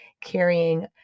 carrying